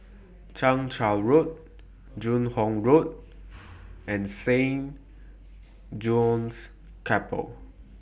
Chang Charn Road Joo Hong Road and Saint John's Chapel